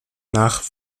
nach